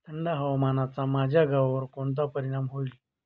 थंड हवामानाचा माझ्या गव्हावर कोणता परिणाम होईल?